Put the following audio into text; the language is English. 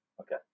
Okay